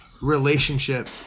relationship